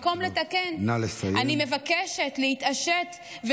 במקום לתקן אני מבקשת להתעשת,